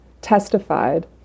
testified